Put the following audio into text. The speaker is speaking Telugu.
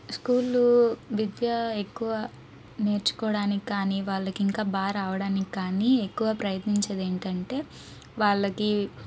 స్కూలు విద్యా ఎక్కువ నేర్చుకోడానికి కానీ వాళ్ళకి ఇంకా బాగా రావడానికి కానీ ఎక్కువ ప్రయత్నించేది ఏంటంటే వాళ్లకి